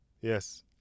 yes